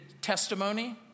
testimony